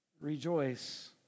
rejoice